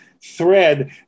thread